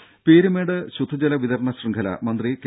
ദ്ദേ പീരുമേട് ശുദ്ധജല വിതരണ ശൃംഖല മന്ത്രി കെ